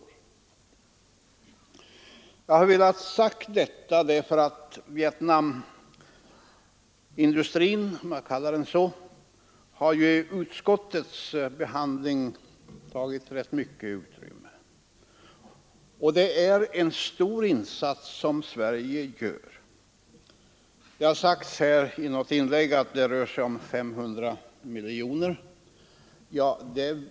Jag har velat säga detta därför att Vietnamindustrin — om jag får kalla den så — vid utskottsbehandlingen tagit rätt mycket utrymme. Det är en stor insats som Sverige gör. Det har sagts här i något inlägg att det rör sig om 500 miljoner kronor.